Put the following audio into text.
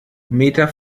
meter